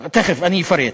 איזה מפרק?